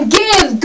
give